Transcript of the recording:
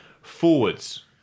Forwards